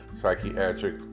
psychiatric